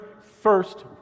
first